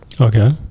Okay